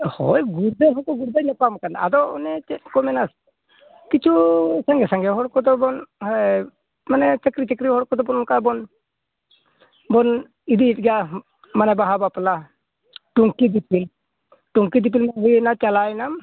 ᱦᱳᱭ ᱵᱩᱡᱽ ᱫᱚ ᱵᱟᱠᱚ ᱵᱩᱡᱽ ᱫᱟ ᱟᱫᱚ ᱚᱱᱮ ᱪᱮᱫ ᱠᱚ ᱢᱮᱱᱟ ᱠᱤᱪᱷᱩ ᱥᱟᱸᱜᱮ ᱥᱟᱸᱜᱮ ᱦᱚᱲ ᱠᱚᱫᱚ ᱵᱚᱱ ᱢᱟᱱᱮ ᱪᱟᱹᱠᱨᱤ ᱪᱟᱹᱠᱨᱤ ᱦᱚᱲ ᱠᱚᱫᱚ ᱵᱚᱱ ᱚᱱᱠᱟ ᱵᱚᱱ ᱤᱫᱤᱭᱟ ᱢᱟᱱᱮ ᱵᱟᱦᱟ ᱵᱟᱯᱞᱟ ᱴᱩᱢᱠᱤ ᱫᱤᱯᱤᱞ ᱴᱩᱝᱠᱤ ᱫᱤᱯᱤᱞ ᱦᱩᱭᱮᱱᱟ ᱪᱟᱞᱟᱣ ᱮᱱᱟᱢ